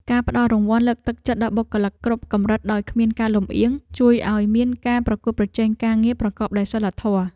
ការផ្តល់រង្វាន់លើកទឹកចិត្តដល់បុគ្គលិកគ្រប់កម្រិតដោយគ្មានការលម្អៀង ជួយឱ្យមានការប្រកួតប្រជែងការងារប្រកបដោយសីលធម៌។